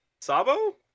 Sabo